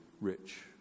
rich